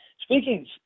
Speaking